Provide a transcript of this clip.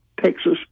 Texas